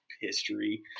history